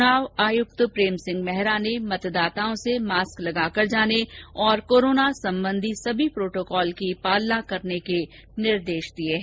चुनाव आयुक्त प्रेम सिंह मेहरा ने मतदाताओं से मास्क लगाकर जाने और कोरोना संबंधी सभी प्रोटोकोल का पालन करने के निर्देश दिये है